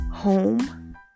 Home